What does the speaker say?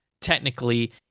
technically